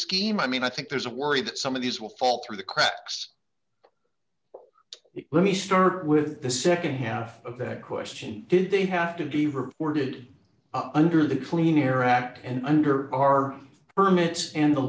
scheme i mean i think there's a worry that some of these will fall through the cracks let me start with the nd half of that question did they have to be recorded under the clean air act and under our permits and the